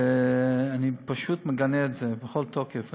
ואני פשוט מגנה את זה בכל תוקף.